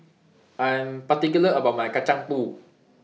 I Am particular about My Kacang Pool